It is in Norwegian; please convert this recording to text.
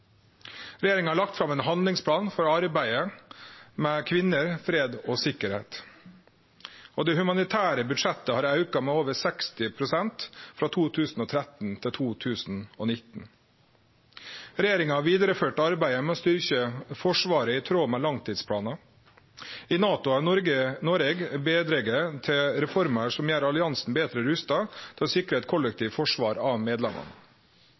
Regjeringa har lagt fram ein handlingsplan for arbeidet med kvinner, fred og sikkerheit. Det humanitære budsjettet har auka med over 60 pst. frå 2013 til 2019. Regjeringa har vidareført arbeidet med å styrkje Forsvaret i tråd med langtidsplanen. I NATO har Noreg bidrege til reformer som gjer alliansen betre rusta til å sikre eit kollektivt forsvar av